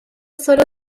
sólo